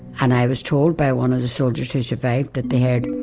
and i was told by one of the soldiers who survived that they heard,